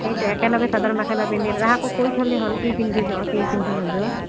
সেয়েতো একেলগে চাদৰ মেখেলা পিন্ধিলে আকৌ কৈ থ'লেই হ'ল কি পিন্ধি যোৱা কি পিন্ধি নোযোৱা